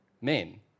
men